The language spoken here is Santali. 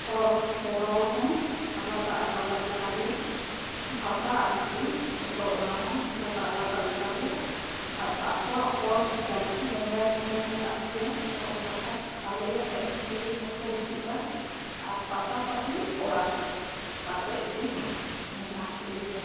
ᱯᱚᱨᱚᱵᱽ ᱥᱮ ᱨᱚᱲ ᱦᱚᱸ ᱟᱞᱟᱫᱟ ᱟᱞᱟᱫᱟ ᱜᱮᱛᱟᱞᱮᱭᱟ ᱵᱷᱟᱥᱟ ᱟᱨ ᱠᱤ ᱡᱷᱚᱛᱚ ᱚᱱᱟ ᱦᱚᱸ ᱟᱞᱟᱫᱟ ᱟᱞᱟᱫᱟ ᱜᱮᱛᱟ ᱞᱮᱭᱟ ᱟᱠᱚᱣᱟᱜ ᱯᱚᱨᱚᱵᱽ ᱧᱮᱧᱮᱞ ᱦᱚᱸᱞᱮ ᱪᱟᱞᱟᱜ ᱜᱮᱭᱟ ᱯᱚᱨᱚᱵᱽ ᱯᱟᱛᱟ ᱟᱞᱮᱭᱟᱜ ᱮᱱᱮᱡ ᱥᱮᱨᱮᱧ ᱦᱚᱸᱠᱚ ᱦᱤᱡᱩᱜ ᱟ ᱟᱨ ᱯᱟᱥᱟ ᱯᱟᱹᱥᱤ ᱚᱲᱟᱜ ᱠᱟᱛᱮᱫ ᱜᱮ ᱢᱮᱱᱟᱜ ᱞᱮᱭᱟ